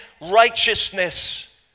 righteousness